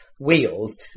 wheels